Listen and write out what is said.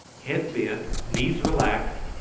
head bent, knees relaxed,